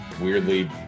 weirdly